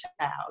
child